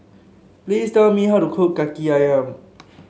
please tell me how to cook Kaki ayam